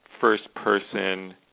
first-person